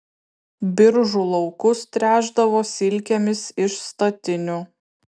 biržų laukus tręšdavo silkėmis iš statinių